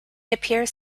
appears